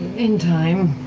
in time.